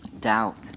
Doubt